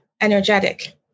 energetic